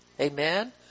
Amen